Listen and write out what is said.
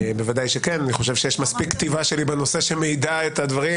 אני חושב שיש מספיק כתיבה שלי בנושא שמעידה את הדברים,